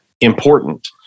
important